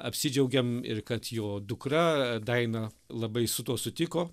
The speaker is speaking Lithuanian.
apsidžiaugėm ir kad jo dukra daina labai su tuo sutiko